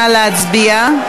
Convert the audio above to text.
נא להצביע.